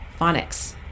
phonics